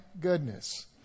goodness